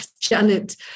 Janet